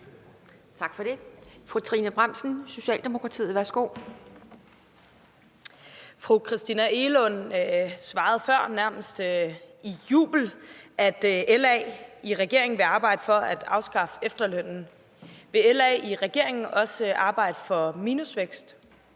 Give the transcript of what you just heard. Tak for det. Fru Trine Bramsen, Socialdemokratiet. Værsgo. Kl. 15:18 Trine Bramsen (S): Fru Christina Egelund svarede før nærmest i jubel, at LA i regeringen vil arbejde for at afskaffe efterlønnen. Vil LA i regeringen også arbejde for minusvækst